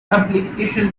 amplification